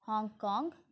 Hong Kong